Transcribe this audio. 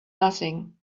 nothing